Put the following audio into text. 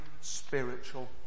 spiritual